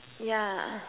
yeah